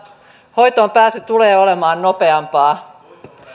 hoitoon pääsy tulee olemaan nopeampaa